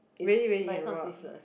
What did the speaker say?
but it's not sleeveless